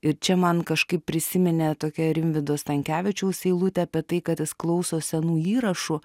ir čia man kažkaip prisiminė tokia rimvydo stankevičiaus eilutė apie tai kad jis klauso senų įrašų